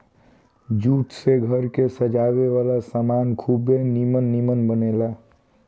jute से घर के सजावे वाला सामान खुबे निमन निमन बनेला